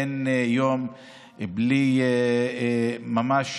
אין יום בלי ממש